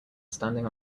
standing